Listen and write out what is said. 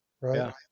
Right